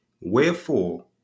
Wherefore